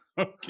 okay